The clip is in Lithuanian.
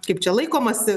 kaip čia laikomasi